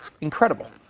Incredible